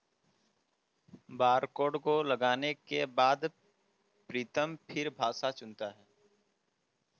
barcode को लगाने के बाद प्रीतम फिर भाषा चुनता है